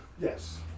Yes